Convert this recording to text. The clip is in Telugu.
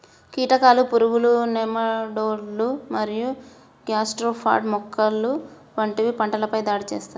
కీటకాలు, పురుగులు, నెమటోడ్లు మరియు గ్యాస్ట్రోపాడ్ మొలస్క్లు వంటివి పంటలపై దాడి చేస్తాయి